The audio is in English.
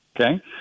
Okay